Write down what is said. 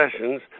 sessions